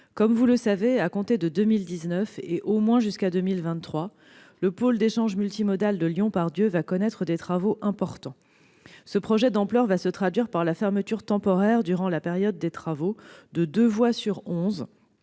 Comme vous le savez, à compter de 2019 et au moins jusqu'en 2023, le pôle d'échanges multimodal de Lyon-Part-Dieu va connaître des travaux importants. Ce projet d'ampleur va se traduire par la fermeture temporaire de deux voies sur onze,